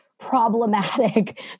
Problematic